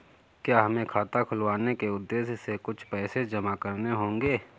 क्या हमें खाता खुलवाने के उद्देश्य से कुछ पैसे जमा करने होंगे?